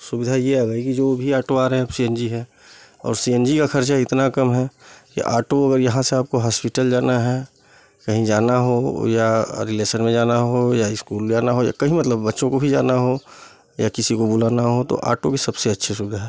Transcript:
सुविधा ये आ गई कि जो भी ऑटो आ रहें अब सी एन जी हैं और सी एन जी का खर्चा इतना कम है कि ऑटो अगर यहाँ से आपको हाॅस्पिटल जाना है कहीं जाना हो या रिलेशन में जाना हो या स्कूल जाना हो या कहीं मतलब बच्चों को भी जाना हो या किसी को बुलाना हो तो ऑटो भी सबसे अच्छी सुविधा है